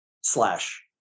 slash